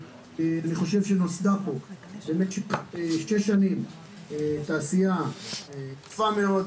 אני חושב שנוסדה פה במשך שנתיים תעשייה יפה מאוד,